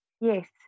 Yes